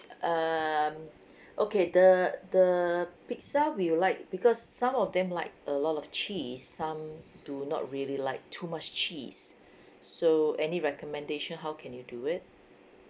um okay the the pizza we would like because some of them like a lot of cheese some do not really like too much cheese so any recommendation how can you do it